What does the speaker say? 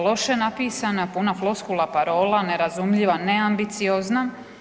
Loše napisana, puna floskula, parola, nerazumljiva, neambiciozna.